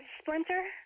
Splinter